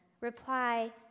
reply